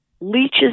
leeches